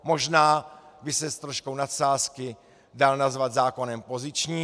Možná by se s troškou nadsázky dal nazvat zákonem pozičním.